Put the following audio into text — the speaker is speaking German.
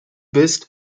bist